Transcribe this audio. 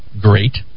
great